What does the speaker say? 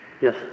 Yes